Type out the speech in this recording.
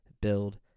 Build